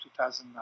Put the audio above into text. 2009